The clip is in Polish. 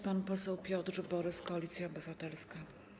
Pan poseł Piotr Borys, Koalicja Obywatelska.